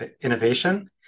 innovation